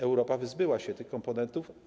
Europa wyzbyła się tych komponentów.